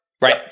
right